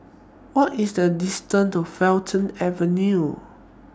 What IS The distance to Fulton Avenue